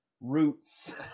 roots